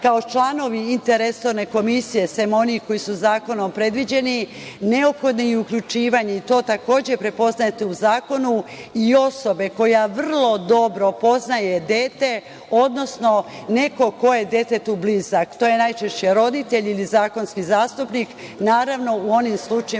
kao članovi interresorne komisije, osim onih koji su zakonom predviđeni, neophodno je i uključivanje, i to takođe prepoznajete u zakonu i osobe koja vrlo dobro poznaje dete, odnosno neko ko je detetu blizak. To je najčešće roditelj, ili zakonski zastupnik. Naravno u onim slučajevima